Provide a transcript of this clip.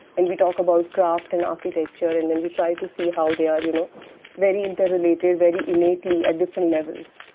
and, we talk about craft and architecture, and then we try to see how they are you know very inter-related, very innately at different levels.